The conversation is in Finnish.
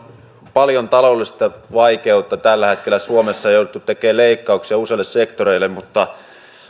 paljon taloudellista vaikeutta tällä hetkellä suomessa ja on jouduttu tekemään leikkauksia useille sektoreille mutta